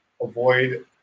avoid